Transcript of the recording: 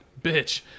bitch